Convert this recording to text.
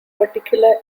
particular